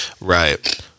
Right